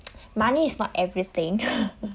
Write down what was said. money is not everything